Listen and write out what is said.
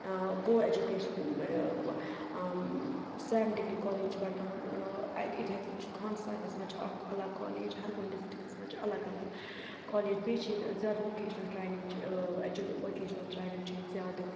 کو education same degree college چھُ بڈگام اِتھے کٔنۍ چھُ خان صاحبَس منٛز چھُ اکھ الگ کالیج ہرکُنہِ ڈِسٹرکَس منٛز چھِ الگ الگ کالیج بیٚیہِ چھِ ییٚتہِ زیادٕ ووکیشنَل ٹرینِگ چھِ اٮ۪جوٗ ووکیشنَل ٹرینِنٛگ چھِ ییٚتہِ زیادٕ